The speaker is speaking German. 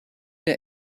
der